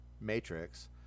Matrix